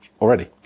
already